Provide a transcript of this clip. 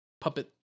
puppet